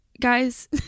guys